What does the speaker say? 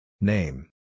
Name